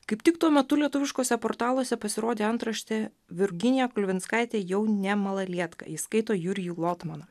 kaip tik tuo metu lietuviškuose portaluose pasirodė antraštė virginija kulvinskaitė jau ne malalietka ji skaito jurijų lotmaną